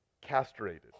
castrated